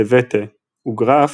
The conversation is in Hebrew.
דה-וטה וגראף,